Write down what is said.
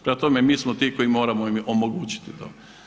Prema tome mi smo ti koji moramo im omogućiti to.